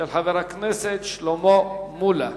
של חבר הכנסת שלמה מולה.